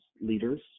leaders